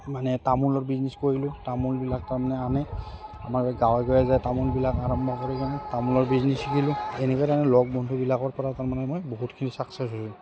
মানে তামোলৰ বিজনেছ কৰিলোঁ তামোলবিলাক তাৰমানে আনে আমাৰ গাঁৱে গাঁৱে যায় তামোলবিলাক আৰম্ভ কৰি কাৰণে তামোলৰ বিজনেছ শিকিলোঁ এনেকুৱাধৰণে লগৰ বন্ধুবিলাকৰপৰা তাৰমানে মই বহুতখিনি চাকচেছ হৈছোঁ